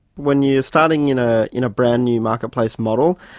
when you're starting in ah in a brand-new marketplace model,